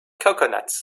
coconuts